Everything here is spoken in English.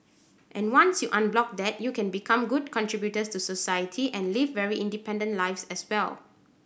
and once you unblock that they can become good contributors to society and live very independent lives as well